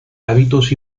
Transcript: hábitos